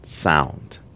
sound